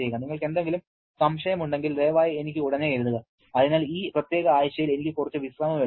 നിങ്ങൾക്ക് എന്തെങ്കിലും സംശയമുണ്ടെങ്കിൽ ദയവായി എനിക്ക് ഉടനെ എഴുതുക അതിനാൽ ഈ പ്രത്യേക ആഴ്ചയിൽ എനിക്ക് കുറച്ച് വിശ്രമം എടുക്കാം